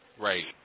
Right